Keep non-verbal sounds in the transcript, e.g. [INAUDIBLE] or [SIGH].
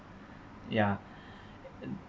ya [BREATH]